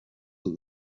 that